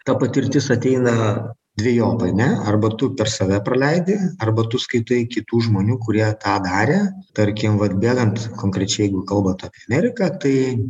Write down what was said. ta patirtis ateina dvejopai ne arba tu per save praleidi arba tu skaitai kitų žmonių kurie tą darė tarkim vat bėgant konkrečiai jeigu kalbant apie ameriką tai